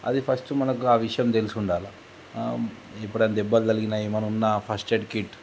అది ఫస్ట్ మనకు ఆ విషయం తెలిసి ఉండాలి ఇప్పుడైనా దెబ్బలు తలిగిన ఏమైనా ఉన్న ఫస్ట్ ఎయిడ్ కిట్